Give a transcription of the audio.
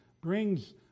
brings